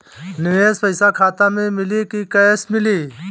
निवेश पइसा खाता में मिली कि कैश मिली?